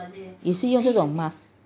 也适用这种 mask ah